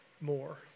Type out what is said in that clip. more